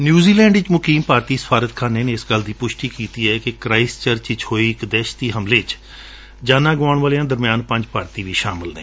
New Zealand ਵਿਚ ਮੁਕੀਮ ਭਾਰਤੀ ਸਫਾਰਤਖਾਨੇ ਨੇ ਇਸ ਗੱਲ ਦੀ ਪੁਸ਼ਟੀ ਕੀਤੀ ਏ ਕਿ ਕਰਾਈਸਟ ਚਰਚ ਵਿਚ ਹੋਏ ਇਕ ਦਹਿਸ਼ਤੀ ਹਮਲੇ ਵਿਚ ਜਾਨਾਂ ਗੁਵਾਉਣ ਵਾਲਿਆਂ ਦਰਮਿਆਨ ਪੰਜ ਭਾਰਤੀ ਵੀ ਸ਼ਾਮਲ ਨੇ